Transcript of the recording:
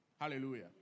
Hallelujah